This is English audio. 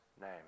name